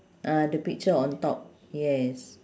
ah the picture on top yes